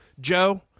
Joe